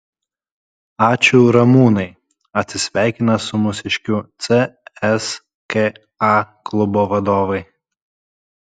ačiū ramūnai atsisveikina su mūsiškiu cska klubo vadovai